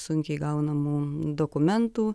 sunkiai gaunamų dokumentų